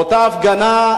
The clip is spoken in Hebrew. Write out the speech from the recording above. באותה הפגנה,